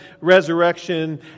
resurrection